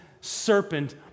serpent